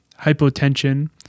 hypotension